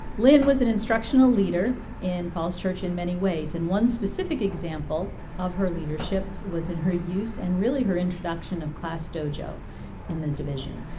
lynn was an instructional leader in falls church in many ways and one specific example of her leadership was in her use and really her introduction of classdojo in the division.